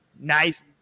nice